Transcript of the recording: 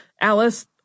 Alice